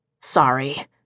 Sorry